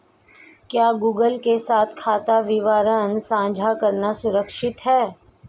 क्या गूगल के साथ खाता विवरण साझा करना सुरक्षित है?